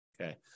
Okay